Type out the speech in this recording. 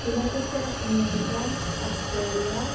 United States of America Australia